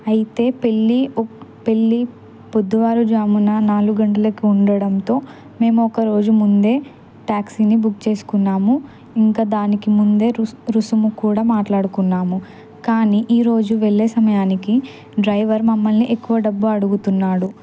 అయితే పెళ్ళి పెళ్ళి పొద్దువారు జామున నాలుగు గంటలకు ఉండడంతో మేము ఒకరోజు ముందే ట్యాక్సీని బుక్ చేసుకున్నాము ఇంకా దానికి ముందే రుసుము కూడా మాట్లాడుకున్నాము కానీ ఈరోజు వెళ్లే సమయానికి డ్రైవర్ మమ్మల్ని ఎక్కువ డబ్బు అడుగుతున్నాడు